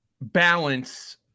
balance